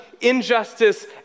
injustice